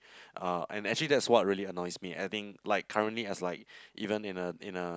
uh and actually that's what really annoys me I think like currently as like even in a in a